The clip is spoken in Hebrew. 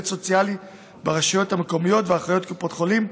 סוציאלי ברשויות המקומיות ואחיות קופות החולים,